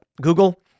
Google